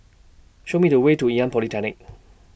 Show Me The Way to Ngee Ann Polytechnic